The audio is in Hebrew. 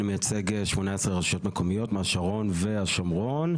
אני מייצג 18 רשויות מקומיות מהשרון והשומרון.